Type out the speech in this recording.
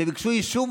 וביקשו אישור,